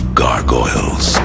gargoyles